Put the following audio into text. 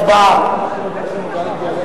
חנין, בבקשה.